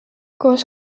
koos